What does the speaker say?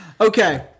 Okay